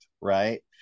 right